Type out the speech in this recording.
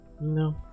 no